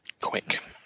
quick